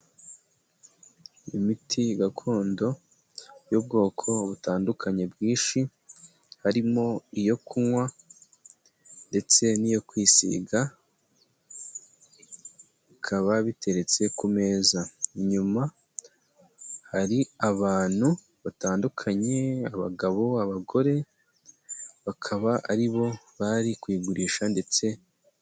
Imiti gakondo y'ubwoko butandukanye bwinshi, harimo iyo kunywa, ndetse n'iyo kwisiga, bikaba biteretse ku meza, inyuma hari abantu batandukanye, abagabo, abagore, bakaba aribo bari kuyigurisha ndetse.